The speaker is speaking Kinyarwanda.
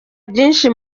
byinshi